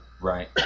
Right